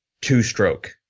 two-stroke